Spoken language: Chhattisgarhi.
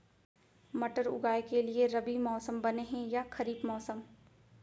मटर उगाए के लिए रबि मौसम बने हे या खरीफ मौसम?